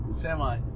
Semi